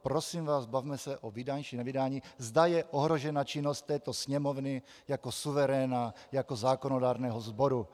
Prosím vás, bavme se o vydání či nevydání, zda je ohrožena činnost této Sněmovny jako suveréna, jako zákonodárného sboru.